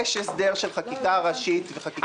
יש הסדר של חקיקה ראשית וחקיקת משנה.